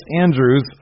Andrews